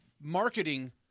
marketing